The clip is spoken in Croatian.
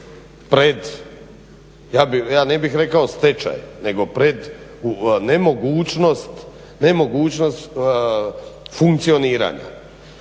ja ne bih rekao stečaj, nego pred nemogućnost funkcioniranja.